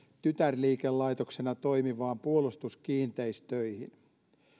tytärliikelaitoksena toimivaan puolustuskiinteistöihin